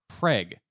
Preg